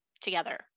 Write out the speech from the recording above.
together